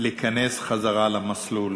בחזרה למסלול.